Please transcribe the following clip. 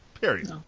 Period